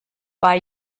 bei